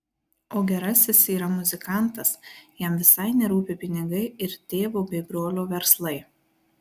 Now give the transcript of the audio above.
o gerasis yra muzikantas jam visai nerūpi pinigai ir tėvo bei brolio verslai